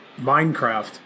Minecraft